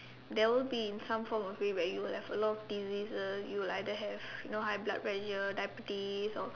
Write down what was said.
there will be in some form of way where you will have a lot of diseases you will either have high blood pressure diabetes or